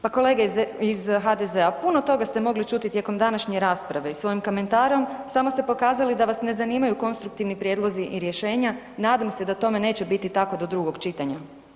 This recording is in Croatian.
Pa kolege iz HDZ-a, puno toga ste mogli čuti tijekom današnje rasprave i svojim komentarom, samo ste pokazali da vas ne zanimaju konstruktivni prijedlozi i rješenja, nadam se da tome neće biti tako do drugo čitanja.